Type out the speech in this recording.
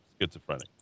schizophrenic